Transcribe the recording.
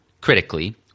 Critically